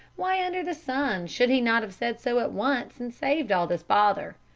why under the sun should he not have said so at once, and saved all this bother?